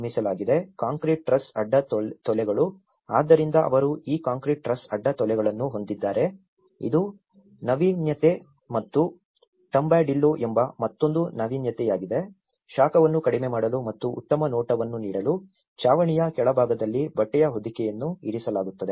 concrete truss ಅಡ್ಡ ತೋಲೆಗಳು ಆದ್ದರಿಂದ ಅವರು ಈ ಕಾಂಕ್ರೀಟ್ ಟ್ರಸ್ ಅಡ್ಡ ತೋಲೆಗಳನ್ನು ಹೊಂದಿದ್ದಾರೆ ಇದು ನಾವೀನ್ಯತೆ ಮತ್ತು ಟುಂಬಡಿಲ್ಲೋ ಎಂಬ ಮತ್ತೊಂದು ನಾವೀನ್ಯತೆಯಾಗಿದೆ ಶಾಖವನ್ನು ಕಡಿಮೆ ಮಾಡಲು ಮತ್ತು ಉತ್ತಮ ನೋಟವನ್ನು ನೀಡಲು ಛಾವಣಿಯ ಕೆಳಭಾಗದಲ್ಲಿ ಬಟ್ಟೆಯ ಹೊದಿಕೆಯನ್ನು ಇರಿಸಲಾಗುತ್ತದೆ